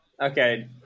Okay